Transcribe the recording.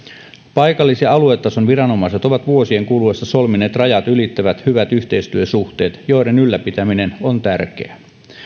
paikallis ja aluetason viranomaiset ovat vuosien kuluessa solmineet rajat ylittävät hyvät yhteistyösuhteet joiden ylläpitäminen on tärkeää